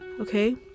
okay